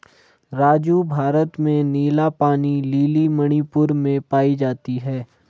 राजू भारत में नीला पानी लिली मणिपुर में पाई जाती हैं